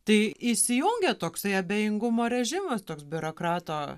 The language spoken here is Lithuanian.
tai įsijungia toksai abejingumo režimas toks biurokrato